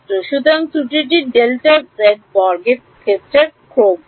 ছাত্র সুতরাং ত্রুটিটি ডেল্টা জেড বর্গক্ষেত্রের ক্রম